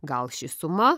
gal ši suma